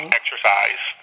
exercise